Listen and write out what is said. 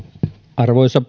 arvoisa